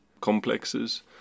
complexes